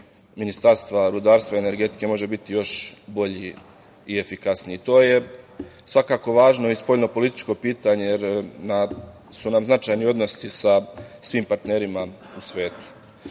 Ministarstva rudarstva i energetike može biti još bolji i efikasniji. To je svakako važno i spoljnopolitičko pitanje, jer su nam značajni odnosi sa svim partnerima u